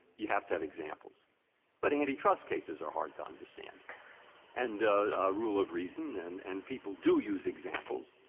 you have to have examples but antitrust cases are hard to understand and rule of reason and and people do use examples.